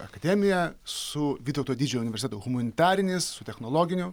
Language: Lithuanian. akademija su vytauto didžiojo universiteto humanitarinis su technologiniu